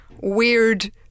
weird